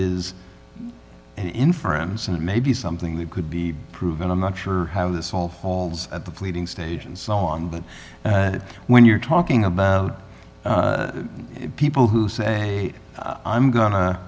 is in friends and it may be something that could be proven i'm not sure how this all falls at the pleading stage and so on but when you're talking about people who say i'm go